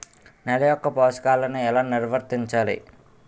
నెల యెక్క పోషకాలను ఎలా నిల్వర్తించాలి